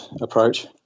approach